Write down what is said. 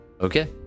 Okay